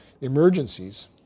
emergencies